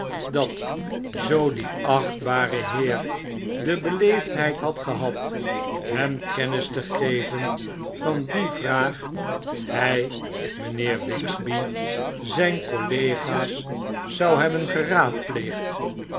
dat zoo die achtbare heer de beleefdheid had gehad hem kennis te geven van die vraag hij mynheer wigsby zyn colleges zou hebben